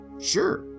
Sure